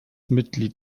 mitglied